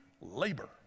labor